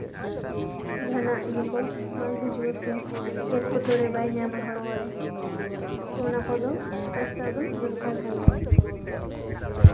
ᱡᱟᱦᱟᱱᱟᱜ ᱤᱭᱟᱹ ᱠᱚ ᱵᱟᱝ ᱦᱤᱡᱩᱜᱼᱟ ᱥᱮ ᱮᱴᱠᱮᱴᱚᱬᱮ ᱵᱟᱭ ᱧᱟᱢᱟ ᱦᱚᱲᱢᱚ ᱨᱮ ᱛᱚ ᱚᱱᱟ ᱠᱚᱫᱚ ᱥᱮᱛᱟᱜ ᱥᱮᱛᱟᱜ ᱫᱚ ᱫᱚᱨᱠᱟᱨ ᱠᱟᱱ ᱜᱮᱭᱟ